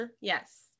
Yes